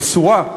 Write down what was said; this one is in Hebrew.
מסורה,